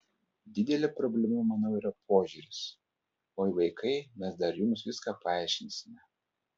didelė problema manau yra požiūris oi vaikai mes dabar jums viską paaiškinsime